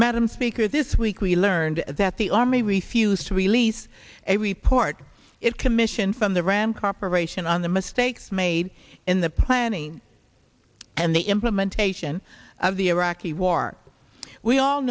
madam speaker this week we learned that the army refused to release a report its commission from the rand corporation on the mistakes made in the planning and the implementation of the iraqi war we all